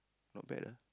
not bad ah